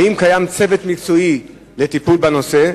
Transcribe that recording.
3. האם קיים צוות מקצועי לטיפול בנושא?